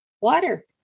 water